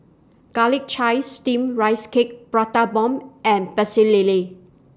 Garlic Chives Steamed Rice Cake Prata Bomb and Pecel Lele